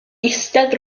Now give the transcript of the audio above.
eistedd